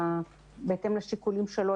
בהתאם לשיקולים שלו,